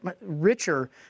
richer